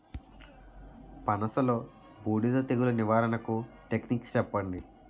పనస లో బూడిద తెగులు నివారణకు టెక్నిక్స్ చెప్పండి?